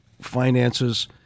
finances